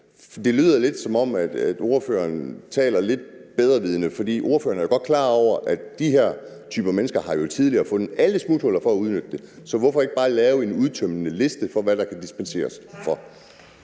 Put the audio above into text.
Det lyder lidt, som om ordføreren taler lidt bedrevidende. For ordføreren er jo godt klar over, at de her typer mennesker jo tydeligere har fundet alle smuthuller for at udnytte det, så hvorfor ikke bare lave en udtømmende liste over, hvad der kan dispenseres for?